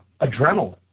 adrenaline